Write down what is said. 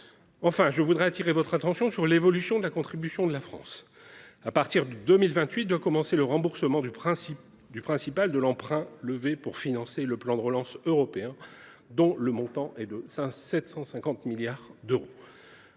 Enfin, j’appelle votre attention sur l’évolution de la contribution de la France. En 2028, doit commencer le remboursement du principal emprunt levé pour financer le plan de relance européen, dont le montant est de 750 milliards d’euros.